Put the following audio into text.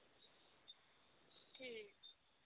ठीक